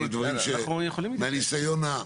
מהניסיון שלכם.